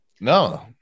No